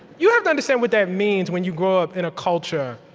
you have to understand what that means when you grow up in a culture